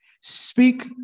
Speak